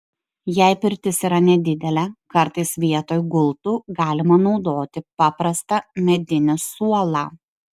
jei pirtis yra nedidelė kartais vietoj gultų galima naudoti paprastą medinį suolą